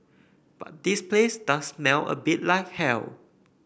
but this place does smell a bit like hell